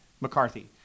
McCarthy